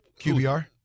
QBR